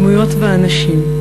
דמויות ואנשים.